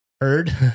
heard